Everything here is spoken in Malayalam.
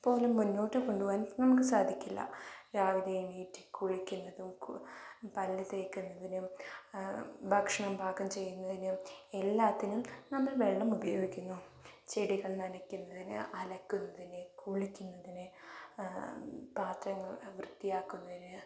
പോലും മുന്നോട്ട് കൊണ്ടുപോകുവാൻ നമുക്ക് സാധിക്കില്ല രാവിലെ എണീറ്റ് കുളിക്കുന്നതും പല്ലുതേക്കുന്നതിനും ഭക്ഷണം പാകം ചെയ്യുന്നതിനും എല്ലാത്തിനും നമ്മൾ വെള്ളം ഉപയോഗിക്കുന്നു ചെടികൾ നനയ്ക്കുന്നതിന് അലക്കുന്നതിന് കുളിക്കുന്നതിന് പാത്രം വൃത്തിയാക്കുന്നതിന്